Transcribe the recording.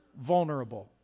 vulnerable